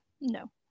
No